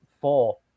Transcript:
four